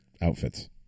outfits